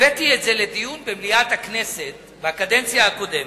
אני הבאתי את זה לדיון במליאת הכנסת בקדנציה הקודמת,